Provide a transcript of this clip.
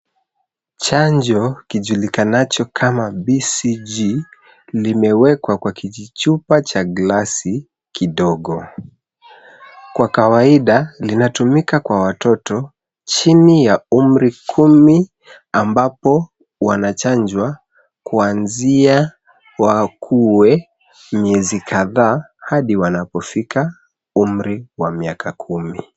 Chanjo kijulikanacho kama ecg limewekwa kwa kijichupa cha glasi kidogo. Kwa kawaida linatumika kwa watoto chini ya umri kumi ambapo wanachanjwa kuanzia wakuwe miezi kadhaa hadi wanapofika umri wa miaka kumi.